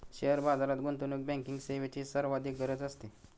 share बाजारात गुंतवणूक banking सेवेची सर्वाधिक गरज असते